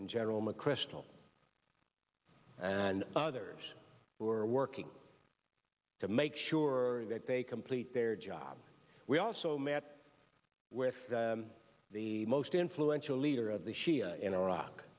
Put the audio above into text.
and general mcchrystal and others who are working to make sure that they complete their job we also met with the most influential leader of the shia in iraq